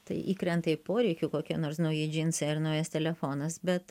tai įkrenta į poreikių kokie nors nauji džinsai ar naujas telefonas bet